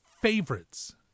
favorites